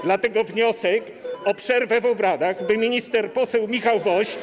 Dlatego składam wniosek o przerwę w obradach, by minister, poseł Michał Woś.